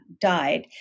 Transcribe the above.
died